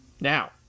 Now